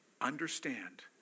understand